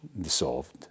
dissolved